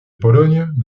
pologne